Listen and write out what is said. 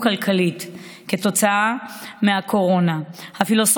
אני חושב שככל שהסטודנטיות והסטודנטים שלנו ייקחו